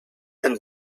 and